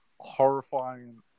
horrifying